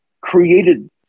created